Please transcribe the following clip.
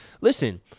listen